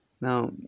now